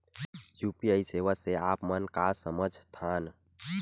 UPI सेवा से आप मन का समझ थान?